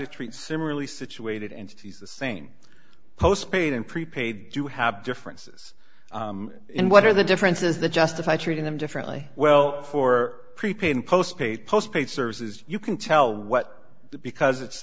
to treat similarly situated and the same postpaid and prepaid do have differences in what are the differences that justify treating them differently well for prepaid and postpaid post paid services you can tell what because it's